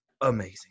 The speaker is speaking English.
amazing